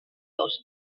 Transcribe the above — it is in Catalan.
dos